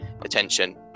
attention